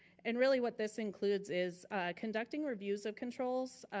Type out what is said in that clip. and really what this includes is conducting reviews of controls,